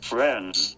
Friends